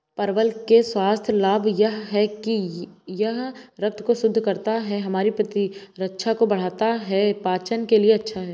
परवल के स्वास्थ्य लाभ यह हैं कि यह रक्त को शुद्ध करता है, हमारी प्रतिरक्षा को बढ़ाता है, पाचन के लिए अच्छा है